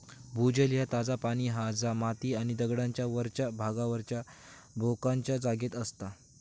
भूजल ह्या ताजा पाणी हा जा माती आणि दगडांच्या वरच्या भागावरच्या भोकांच्या जागेत असता